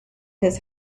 his